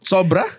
Sobra